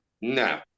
No